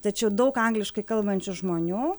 tačiau daug angliškai kalbančių žmonių